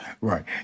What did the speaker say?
Right